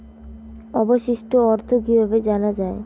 অবশিষ্ট অর্থ কিভাবে জানা হয়?